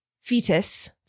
fetus